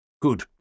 Good